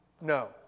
No